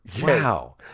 Wow